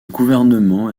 gouvernement